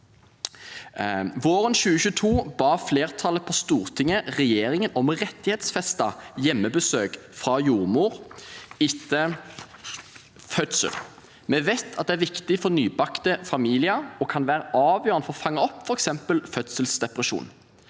Våren 2022 ba flertallet på Stortinget regjeringen om å rettighetsfeste hjemmebesøk fra jordmor etter fødsel. Vi vet at det er viktig for nybakte familier og kan være avgjørende for å fange opp f.eks. fødselsdepresjon.